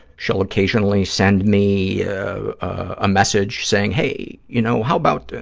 she'll occasionally send me a message saying, hey, you know, how about,